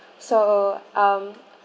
so um